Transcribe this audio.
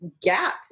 gap